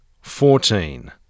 fourteen